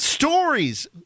Stories